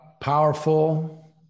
powerful